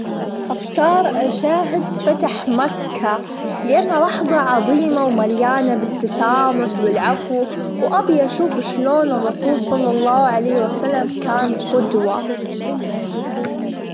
أختار أشاهد فتح مكة لأنها لحظة عظيمة، ومليانة بالتسامح، والعفو وأبي أشوف إيش لون الرسول صلى الله عليه وسلم كان قدوة.